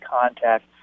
contact